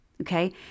Okay